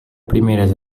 primeres